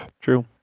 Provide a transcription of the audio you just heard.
true